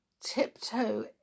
Tiptoe